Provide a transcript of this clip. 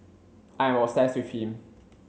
I am obsessed with him